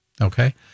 okay